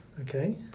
Okay